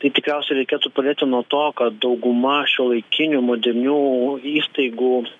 tai tikriausia reikėtų pradėti nuo to kad dauguma šiuolaikinių modernių įstaigų